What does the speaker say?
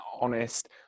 honest